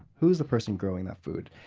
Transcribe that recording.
who's the person growing that food?